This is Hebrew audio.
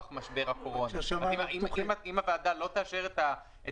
לפי מה שאנחנו שומעים בשלושץ השבועות האחרונים,